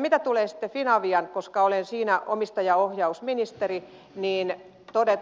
mitä tulee sitten finaviaan koska olen siinä omistajaohjausministeri